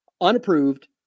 unapproved